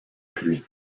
pluie